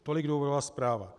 Tolik důvodová zpráva.